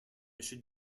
should